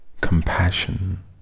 compassion